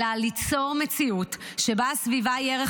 אלא ליצור מציאות שבה הסביבה היא ערך